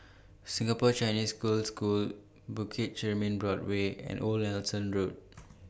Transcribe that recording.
Singapore Chinese Girls' School Bukit Chermin Boardwalk and Old Nelson Road